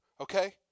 okay